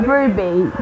Ruby